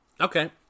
Okay